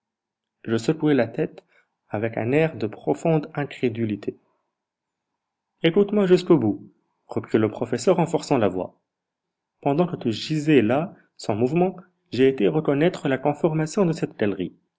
je secouai la tête avec un air de profonde incrédulité écoute-moi jusqu'au bout reprit le professeur en forçant la voix pendant que tu gisais là sans mouvement j'ai été reconnaître la conformation de cette